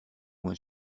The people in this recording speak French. moins